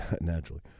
naturally